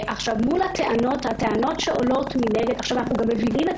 אנחנו גם מבינים את